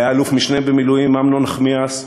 היה אלוף-משנה במילואים אמנון נחמיאס,